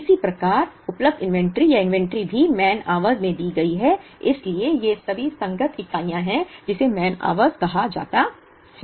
इसी प्रकार उपलब्ध इन्वेंट्री या इन्वेंट्री भी मैन आवर्स में दी गई है इसलिए ये सभी संगत इकाइयां हैं जिन्हें मैन आवर्स कहा जाता है